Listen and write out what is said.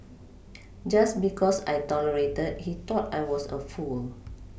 just because I tolerated he thought I was a fool